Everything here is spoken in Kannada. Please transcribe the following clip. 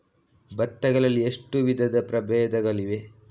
ಭತ್ತ ಗಳಲ್ಲಿ ಎಷ್ಟು ವಿಧದ ಪ್ರಬೇಧಗಳಿವೆ?